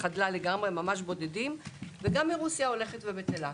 לגמרי - ממש בודדים וגם מרוסיה הולכת ובטלה.